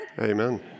Amen